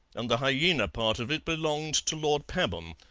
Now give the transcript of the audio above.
and the hyaena part of it belonged to lord pabham,